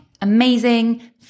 Amazing